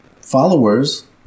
followers